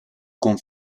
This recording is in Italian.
con